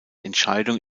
entscheidung